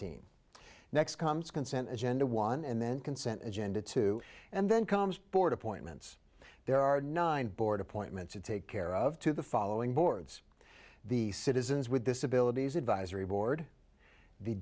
sixteen next comes consent agenda one and then consent agenda two and then comes board appointments there are nine board appointments to take care of to the following boards the citizens with disabilities advisory board the